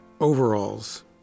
overalls